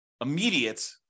immediate